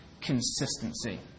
consistency